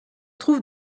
trouve